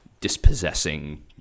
dispossessing—